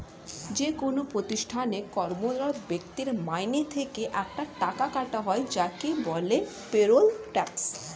যেকোন প্রতিষ্ঠানে কর্মরত ব্যক্তির মাইনে থেকে একটা টাকা কাটা হয় যাকে বলে পেরোল ট্যাক্স